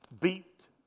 beat